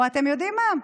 או אתם יודעים מה,